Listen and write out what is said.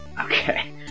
Okay